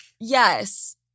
Yes